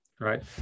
right